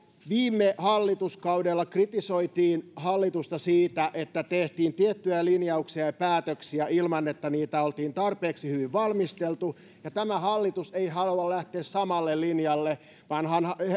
viime hallituskaudella kritisoitiin hallitusta siitä että tehtiin tiettyjä linjauksia ja ja päätöksiä ilman että niitä oltiin tarpeeksi hyvin valmisteltu ja tämä hallitus ei halua lähteä samalle linjalle vaan